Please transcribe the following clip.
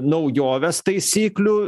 naujoves taisyklių